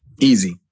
Easy